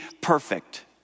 perfect